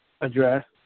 address